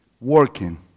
working